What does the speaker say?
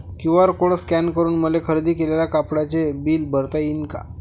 QR code scan करून मले खरेदी केलेल्या कापडाचे बिल भरता यीन का?